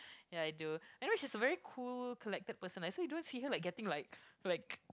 ya I do I mean she's a very cool collected person so you don't see her like getting like for like